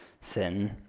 sin